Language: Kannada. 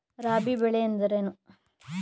ರಾಬಿ ಬೆಳೆ ಎಂದರೇನು?